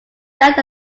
left